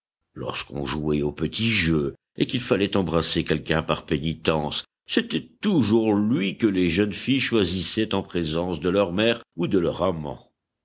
lorsqu'on jouait aux petits jeux et qu'il fallait embrasser quelqu'un par pénitence c'était toujours lui que les jeunes filles choisissaient en présence de leur mère ou de leur amant